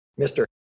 Mr